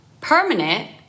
permanent